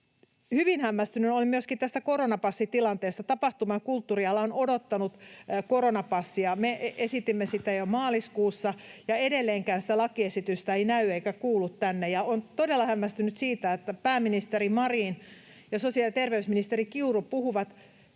Hyvin hämmästynyt olen myöskin tästä koronapassitilanteesta. Tapahtuma- ja kulttuuriala on odottanut koronapassia, me esitimme sitä jo maaliskuussa, ja edelleenkään sitä lakiesitystä ei näy eikä kuulu. Olen todella hämmästynyt siitä, että pääministeri Marin ja sosiaali- ja terveysministeri Kiuru puhuvat